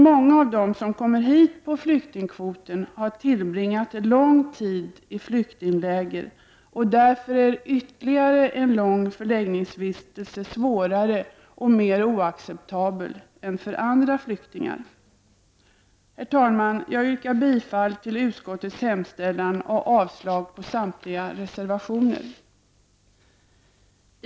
Många av de människor som kommer hit på flyktingkvoten har tillbringat lång tid i flyktingläger. Därför är ytterligare en lång förläggningsvistelse svårare och mer oacceptabel än för andra flyktingar. Herr talman! Jag yrkar bifall till utskottets hemställan och avslag på samtliga reservationer.